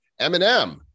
Eminem